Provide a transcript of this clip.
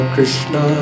Krishna